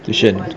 tuition